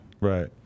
Right